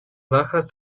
bajas